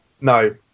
No